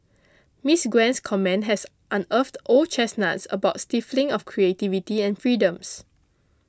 Miss Gwen's comment has unearthed old chestnuts about the stifling of creativity and freedoms